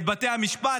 את בתי המשפט,